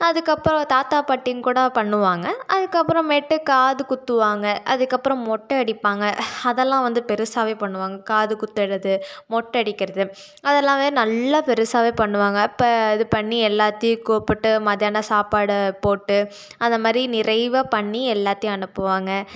அதுக்கப்புறம் தாத்தா பாட்டிங்கூட பண்ணுவாங்க அதுக்கு அப்பறமேட்டு காது குத்துவாங்க அதுக்கப்புறம் மொட்டை அடிப்பாங்க அதெல்லாம் வந்து பெருசாகவே பண்ணுவாங்க காது குத்துறது மொட்டை அடிக்கிறது அதெல்லாமே நல்லா பெருசாகவே பண்ணுவாங்க அப்போ இது பண்ணி எல்லாத்தேயும் கூப்பிட்டு மத்தியானம் சாப்பாடு போட்டு அந்த மாதிரி நிறைவா பண்ணி எல்லாத்தேயும் அனுப்புவாங்க